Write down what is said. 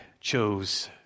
chose